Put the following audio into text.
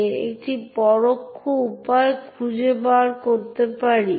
ডিরেক্টরির বিষয়বস্তু কিন্তু মূলত আপনি সেই ডিরেক্টরির নাম খুঁজতে পারেন